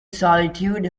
solitude